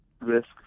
risk